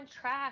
track